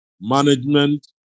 management